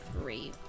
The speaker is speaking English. three